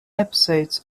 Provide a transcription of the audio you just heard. episodes